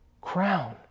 crown